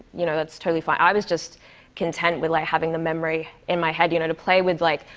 you know, that's totally fine. i was just content with like having the memory in my head. you know, to play with, like,